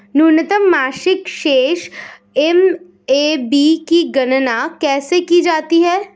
न्यूनतम मासिक शेष एम.ए.बी की गणना कैसे की जाती है?